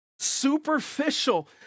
superficial